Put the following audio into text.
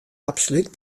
absolút